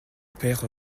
père